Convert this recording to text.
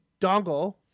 dongle